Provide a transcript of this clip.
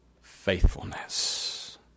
faithfulness